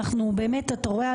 אתה רואה,